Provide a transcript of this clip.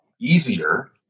easier